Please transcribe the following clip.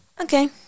Okay